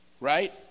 right